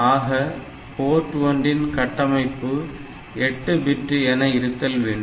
ஆக போர்ட் 1 இன் கட்டமைப்பு 8 bit என இருத்தல் வேண்டும்